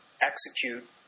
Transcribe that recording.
execute